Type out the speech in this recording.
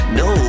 no